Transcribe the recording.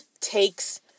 takes